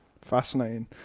fascinating